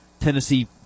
Tennessee